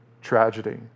tragedy